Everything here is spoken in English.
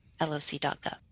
loc.gov